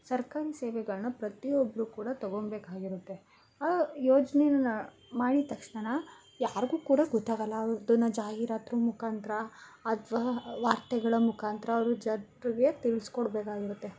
ಸರ್ಕಾರಿ ಸೇವೆಗಳನ್ನ ಪ್ರತಿಯೊಬ್ಬರು ಕೂಡ ತೊಗೊಂಬೇಕಾಗಿರುತ್ತೆ ಆ ಯೋಜನೆನ ಮಾಡಿದ ತಕ್ಷಣ ಯಾರಿಗೂ ಕೂಡ ಗೊತ್ತಾಗಲ್ಲ ಅದನ್ನ ಜಾಹೀರಾತು ಮುಖಾಂತ್ರ ಅಥ್ವಾ ವಾರ್ತೆಗಳ ಮುಖಾಂತ್ರ ಅವರು ಜನರಿಗೆ ತಿಳಿಸ್ಕೊಡಬೇಕಾಗಿರತ್ತೆ